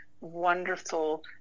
wonderful